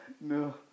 No